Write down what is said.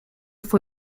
fue